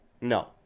No